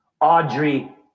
Audrey